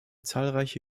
zahlreiche